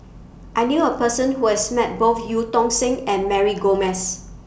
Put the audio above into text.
I knew A Person Who has Met Both EU Tong Sen and Mary Gomes